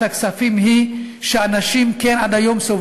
הכספים היא שאנשים כן סובלים עד היום.